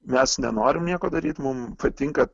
mes nenorim nieko daryt mum patinka